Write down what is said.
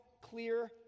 clear